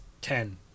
ten